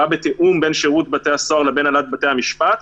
בתיאום בין שירות בתי הסוהר לבין הנהלת בתי המשפט,